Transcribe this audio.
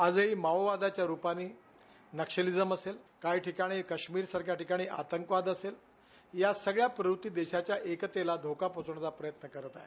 आजही माओवाद्यांच्या रूपानी नक्षलीजम असेल काश्मीरसारख्या टिकाणी आंतकवाद असेल या सगळ्या प्रवृत्ती देशाच्या एकतेला धोका पोहचवण्याचा प्रयत्न करत आहे